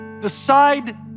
decide